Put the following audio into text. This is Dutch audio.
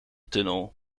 tunnel